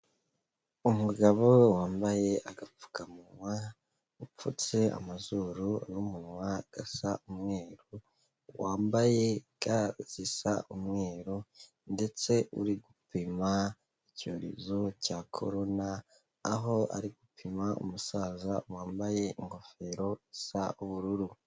Umugabo wambaye agapfukamunwa, upfutse amazuru n'umunwa gasa umweru, wambaye ga zisa umweru ndetse uri gupima icyorezo cya korona, aho ari gupima umusaza wambaye ingofero isa ubururu.